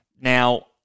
Now